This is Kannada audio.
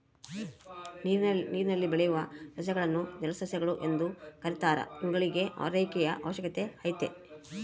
ನೀರಿನಲ್ಲಿ ಬೆಳೆಯುವ ಸಸ್ಯಗಳನ್ನು ಜಲಸಸ್ಯಗಳು ಎಂದು ಕೆರೀತಾರ ಇವುಗಳಿಗೂ ಆರೈಕೆಯ ಅವಶ್ಯಕತೆ ಐತೆ